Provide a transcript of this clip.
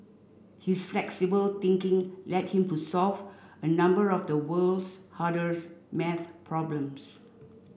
his flexible thinking led him to solve a number of the world's hardest maths problems